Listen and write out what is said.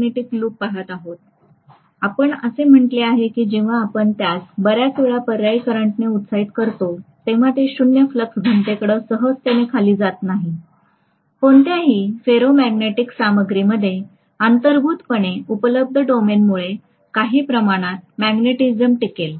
BH loop पहात आहोत आपण असे म्हटले आहे की जेव्हा आपण त्यास बऱ्याच वेळा पर्यायी करंटने उत्साहित करतो तेव्हा ते शून्य फ्लक्स घनतेकडे सहजतेने खाली जात नाही कोणत्याही फेरोमॅग्नेटिक सामग्रीमध्ये अंतर्भूतपणे उपलब्ध डोमेनमुळे काही प्रमाणात मॅग्नेटिझम टिकेल